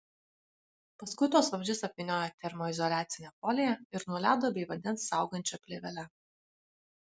paskui tuos vamzdžius apvyniojo termoizoliacine folija ir nuo ledo bei vandens saugančia plėvele